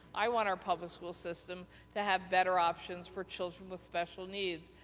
i want our public school system to have better options for children with special needs.